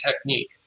technique